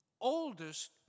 oldest